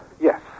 Yes